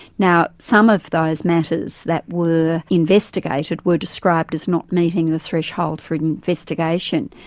now, some of those matters that were investigated were described as not meeting the threshold for an investigation.